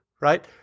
right